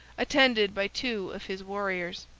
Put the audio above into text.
attended by two of his warriors.